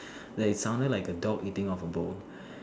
like it sounded like a dog eating off a bowl